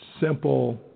simple